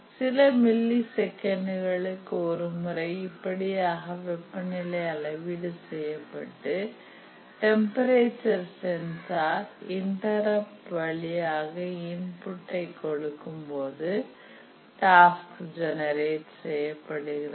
சில மில்லி செகண்ட்களுக்கு ஒரு முறை இப்படியாக வெப்பநிலை அளவீடு செய்யப்பட்டு டெம்பரேச்சர் சென்சார் இன்டரப்ட் வழியாக இன்புட்டை கொடுக்கும்போது டாஸ்க் ஜெனரேட் செய்யப்படுகிறது